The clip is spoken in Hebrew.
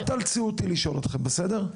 אל תאצלו אותי לשאול אתכם, בסדר?